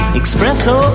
espresso